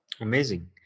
amazing